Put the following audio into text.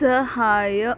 ಸಹಾಯ